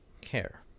Care